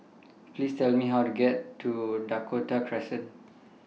Please Tell Me How to get to Dakota Crescent